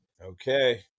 Okay